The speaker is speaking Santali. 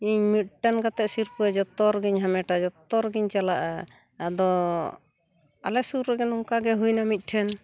ᱤᱧ ᱢᱤᱫᱴᱮᱱ ᱠᱟᱛᱮᱫ ᱥᱤᱨᱯᱟᱹ ᱡᱚᱛᱚ ᱨᱮᱜᱤᱧ ᱦᱟᱢᱮᱴᱟ ᱡᱚᱛᱚ ᱨᱮᱜᱤᱧ ᱪᱟᱞᱟᱜᱼᱟ ᱟᱫᱚ ᱟᱞᱮ ᱥᱩᱨ ᱨᱮᱜᱮ ᱱᱚᱝᱠᱟ ᱜᱮ ᱦᱩᱭ ᱮᱱᱟ ᱢᱤᱫᱴᱷᱮᱱ